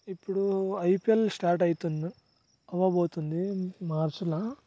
ఇప్పుడు IPL start అవుతుంది అవ్వబోతుంది మార్చ్ల